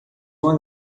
uma